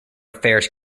affairs